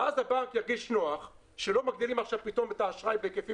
ואז הבנק ירגיש נוח שלא מגדילים פתאום את האשראי בהיקפים